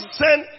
send